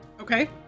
Okay